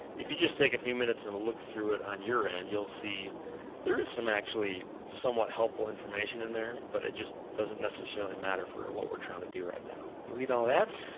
if you just take a few minutes and look through it on your end, you'll see there is some actually somewhat helpful information in there, but it just doesn't necessarily matter for what we're trying to do right now. delete all that,